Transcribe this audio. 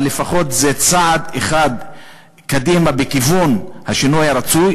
אבל לפחות זה צעד אחד קדימה בכיוון השינוי הרצוי,